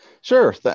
Sure